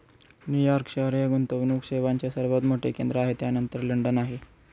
New York शहर हे गुंतवणूक सेवांचे सर्वात मोठे केंद्र आहे त्यानंतर लंडन आहे